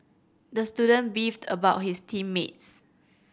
the student beefed about his team mates